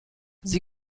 sie